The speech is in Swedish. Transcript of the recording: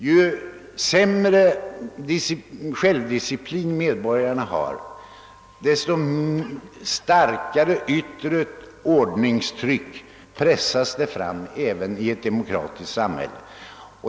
Ju sämre självdisciplin medborgarna har, desto starkare blir det yttre ordningstryck som måste pressas fram även i ett demokratiskt samhälle.